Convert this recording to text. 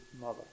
mother